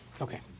Okay